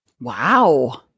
Wow